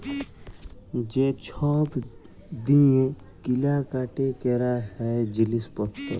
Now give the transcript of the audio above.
যে ছব দিঁয়ে কিলা কাটি ক্যরা হ্যয় জিলিস পত্তর